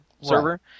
server